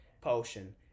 Potion